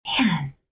man